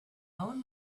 own